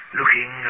looking